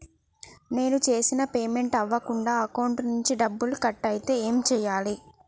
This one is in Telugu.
నేను చేసిన పేమెంట్ అవ్వకుండా అకౌంట్ నుంచి డబ్బులు కట్ అయితే ఏం చేయాలి?